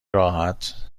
راحت